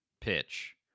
pitch